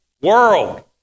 world